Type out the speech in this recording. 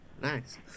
Nice